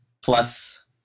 plus